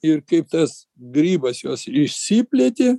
ir kaip tas grybas jos išsiplėtė